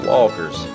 Walker's